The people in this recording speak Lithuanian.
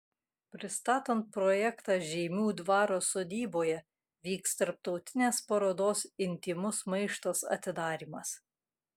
pristatant projektą žeimių dvaro sodyboje vyks tarptautinės parodos intymus maištas atidarymas